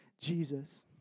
Jesus